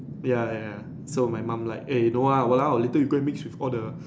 ya ya ya so my mom like eh no !walao! later you go and mix with all the